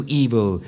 evil